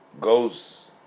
goes